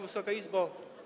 Wysoka Izbo!